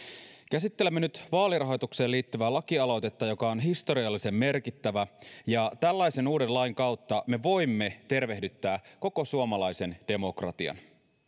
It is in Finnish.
käsittelemme nyt vaalirahoitukseen liittyvää lakialoitetta joka on historiallisen merkittävä ja tällaisen uuden lain kautta me voimme tervehdyttää koko suomalaisen demokratian